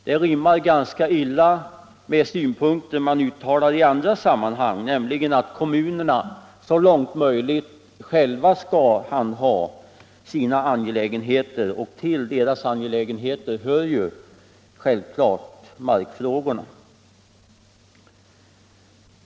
Det rimmar ganska illa med synpunkter man uttalar i andra sammanhang, nämligen att kommunerna så långt möjligt själva skall handha sina angelägenheter, och till dessa angelägenheter hör självklart markfrågorna.